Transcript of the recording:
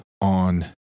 on